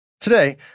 Today